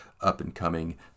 up-and-coming